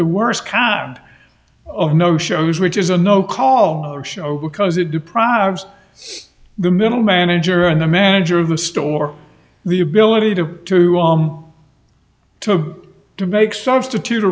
the worst kept of no shows which is a no call because it deprives the middle manager and the manager of the store the ability to to om to to make substitute